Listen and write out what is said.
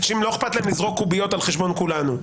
אנשים, לא אכפת להם לזרוק קוביות על חשבון כולנו.